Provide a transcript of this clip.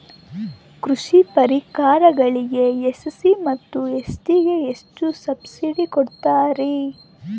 ಕೃಷಿ ಪರಿಕರಗಳಿಗೆ ಎಸ್.ಸಿ ಮತ್ತು ಎಸ್.ಟಿ ಗೆ ಎಷ್ಟು ಸಬ್ಸಿಡಿ ಕೊಡುತ್ತಾರ್ರಿ?